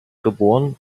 geboren